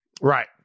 Right